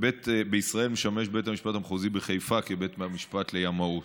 בישראל משמש בית המשפט המחוזי בחיפה כבית משפט לימאות.